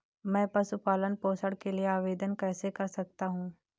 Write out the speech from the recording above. मैं पशु पालन पोषण के लिए आवेदन कैसे कर सकता हूँ?